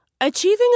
Achieving